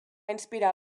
inspirar